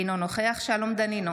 אינו נוכח שלום דנינו,